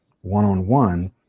one-on-one